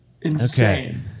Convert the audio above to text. Insane